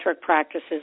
practices